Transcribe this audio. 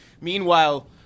Meanwhile